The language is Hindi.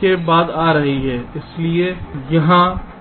के बाद आ रही है